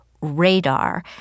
radar